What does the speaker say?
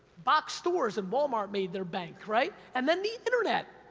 boxed stores and walmart made their bank, right? and then the internet,